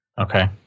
Okay